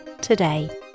today